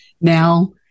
now